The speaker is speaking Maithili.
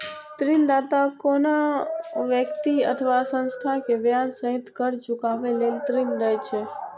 ऋणदाता कोनो व्यक्ति अथवा संस्था कें ब्याज सहित कर्ज चुकाबै लेल ऋण दै छै